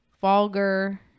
vulgar